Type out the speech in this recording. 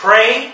Pray